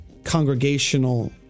congregational